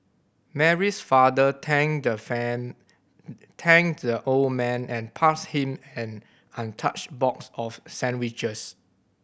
Mary's father thanked the fan thanked the old man and passed him an untouched box of sandwiches